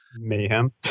mayhem